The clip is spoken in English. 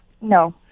No